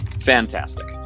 Fantastic